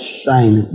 shine